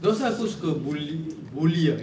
tu pasal aku suka bully bully ah